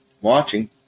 watching